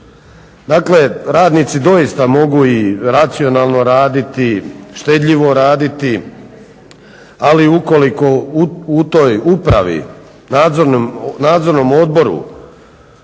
Dakle, radnici doista mogu i racionalno raditi, štedljivo raditi, ali ukoliko u toj upravi, nadzornom odboru